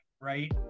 right